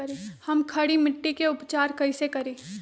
हम खड़ी मिट्टी के उपचार कईसे करी?